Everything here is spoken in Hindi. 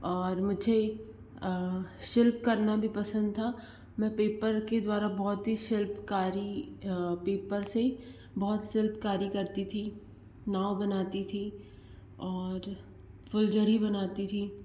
और मुझे शिल्प करना भी पसंद था मैं पेपर के द्वारा बहुत ही शिल्पकारी पेपर से बहुत शिल्पकारी करती थी नाव बनाती थी और फूलझड़ी बनाती थी